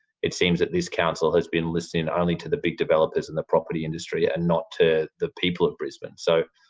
it seems that this council has been listening only to the big developers in the property industry and not to the people of brisbane. so,